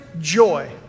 joy